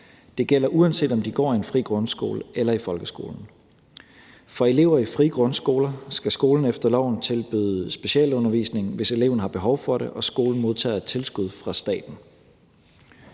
Det gælder, uanset om de går i en fri grundskole eller i folkeskolen. For elever i frie grundskoler skal skolen efter loven tilbyde specialundervisning, hvis eleven har behov for det, og skolen modtager et tilskud fra staten.